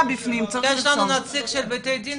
יש לנו נציג של בית דין,